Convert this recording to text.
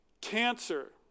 cancer